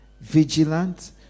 vigilant